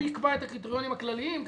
הוא יקבע את הקריטריונים הכללים,